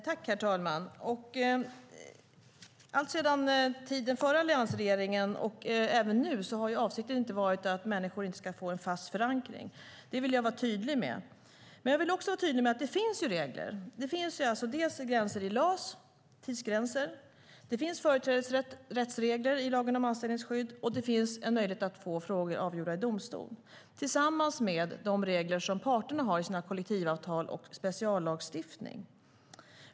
Herr talman! Inte under den förra alliansregeringens tid och heller inte nu har avsikten varit att människor inte ska få en fast förankring. Det vill jag vara tydlig med. Jag vill också vara tydlig med att det finns regler. De finns tidsgränser och det finns företrädesrättsregler i lagen om anställningsskydd. Det finns också möjlighet att få frågor avgjorda i domstol. Detta finns tillsammans med de regler som parterna har i sina kollektivavtal samt speciallagstiftning.